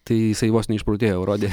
tai jisai vos neišprotėjo rodė